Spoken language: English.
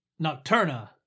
Nocturna